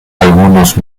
algunos